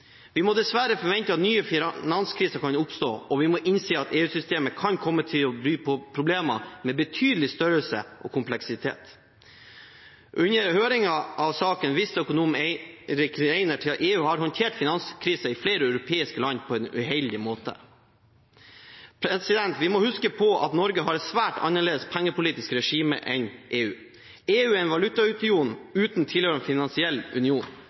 Vi må dessverre forvente at nye finanskriser kan oppstå, og vi må innse at EU-systemet kan komme til å by på problemer av betydelig størrelse og kompleksitet. Under høringen om saken viste økonomen Erik S. Reinert til at EU har håndtert finanskrisene i flere europeiske land på en uheldig måte. Vi må huske på at Norge har et svært annerledes pengepolitisk regime enn EU. EU er en valutaunion uten en tilhørende finansiell union.